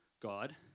God